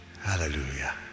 Hallelujah